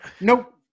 Nope